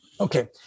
Okay